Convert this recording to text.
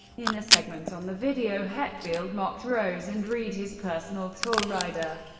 in a segment on the video, hetfield mocked rose and read his personal tour rider,